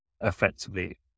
effectively